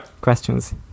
Questions